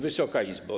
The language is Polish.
Wysoka Izbo!